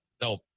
no